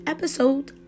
Episode